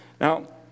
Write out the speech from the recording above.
Now